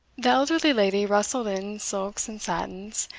the elderly lady rustled in silks and satins,